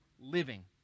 living